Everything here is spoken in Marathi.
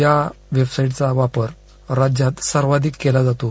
या वेबसाईटचा राज्यात सर्वाधिक केला जातो